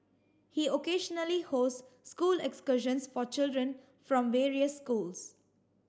he occasionally hosts school excursions for children from various schools